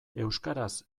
euskaraz